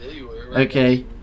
okay